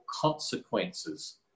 consequences